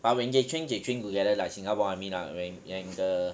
but when they train they train together like singapore army now when when the